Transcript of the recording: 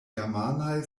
germanaj